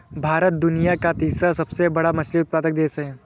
भारत दुनिया का तीसरा सबसे बड़ा मछली उत्पादक देश है